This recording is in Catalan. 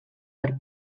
per